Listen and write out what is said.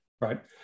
right